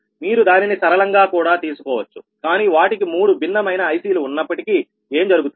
మీరు దానిని సరళంగా కూడా తీసుకోవచ్చు కానీ వాటికి మూడు భిన్నమైన IC లు ఉన్నప్పటికీ ఏం జరుగుతుంది